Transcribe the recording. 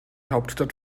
hauptstadt